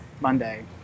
Monday